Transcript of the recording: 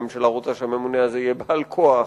הממשלה רוצה שהממונה הזה יהיה בעל כוח,